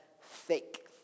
fake